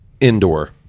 Indoor